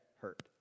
hurt